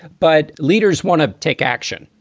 but leaders want to take action.